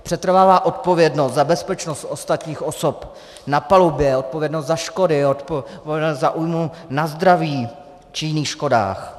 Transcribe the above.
Přetrvává odpovědnost za bezpečnost ostatních osob na palubě, odpovědnost za škody, odpovědnost za újmu na zdraví či jiných škodách.